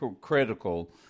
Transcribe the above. critical